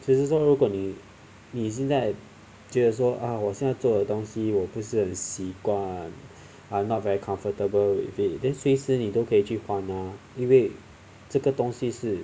只是说如果你你现在觉得说啊我现在做的东西我不是很习惯 are not very comfortable with it then 随时时你都可以去换啊因为这个东西是